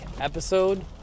episode